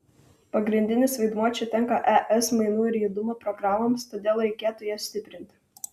pagrindinis vaidmuo čia tenka es mainų ir judumo programoms todėl reikėtų jas stiprinti